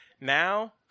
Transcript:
Now